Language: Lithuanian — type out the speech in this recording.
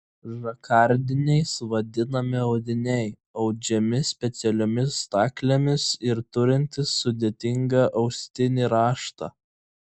žakardiniais vadinami audiniai audžiami specialiomis staklėmis ir turintys sudėtingą austinį raštą